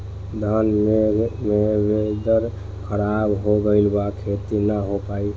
घन मेघ से वेदर ख़राब हो गइल बा खेती न हो पाई